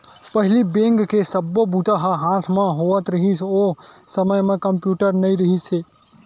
पहिली बेंक के सब्बो बूता ह हाथ म होवत रिहिस, ओ समे म कम्प्यूटर नइ रिहिस हे